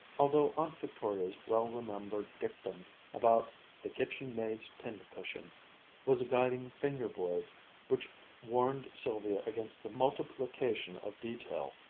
although aunt victoria's well-remembered dictum about the kitchen-maid's pin-cushion was a guiding finger-board which warned sylvia against the multiplication of detail,